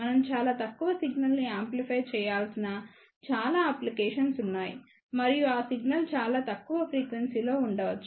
మనం చాలా తక్కువ సిగ్నల్ను యాంప్లిఫై చేయాల్సిన చాలా అప్లికేషన్స్ ఉన్నాయి మరియు ఆ సిగ్నల్ చాలా తక్కువ ఫ్రీక్వెన్సీ లో ఉండవచ్చు